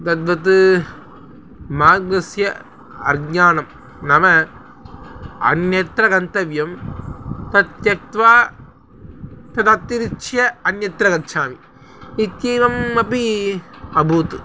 तद्वत् मार्गस्य अज्ञानं नाम अन्यत्रगन्तव्यं तत्त्यक्त्वा तदतिरिच्य अन्यत्र गच्छामि इत्येवम् अपि अभूत्